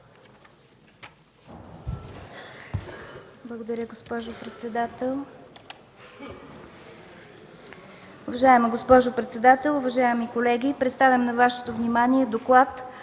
Благодаря, господин председател.